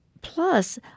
Plus